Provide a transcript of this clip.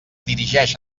dirigeix